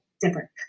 different